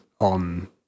on